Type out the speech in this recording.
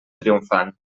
triomfant